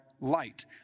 light